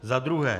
Za druhé.